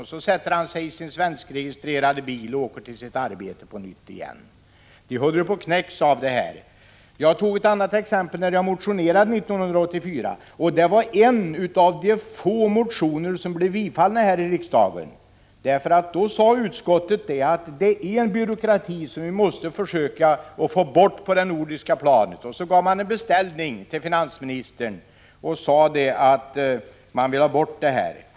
Sedan sätter han sig i sin svenskregistrerade bil och åker till sitt arbete på nytt. De håller på att knäckas av detta! Jag tog ett annat exempel i en motion 1984. Min motion var en av de få motioner som bifölls av riksdagen. Utskottet sade då: Det är en byråkrati som vi måste försöka få bort på det nordiska planet. Riksdagen gjorde en beställning hos finansministern och anförde att man ville ha bort dessa regler.